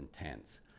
intense